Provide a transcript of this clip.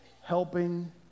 helping